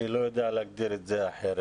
אני לא יודע להגדיר את זה אחרת.